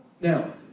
Now